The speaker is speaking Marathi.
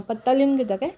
पत्ता लिहून घेता काय